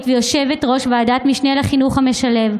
ויושבת-ראש ועדת משנה לחינוך המשלב,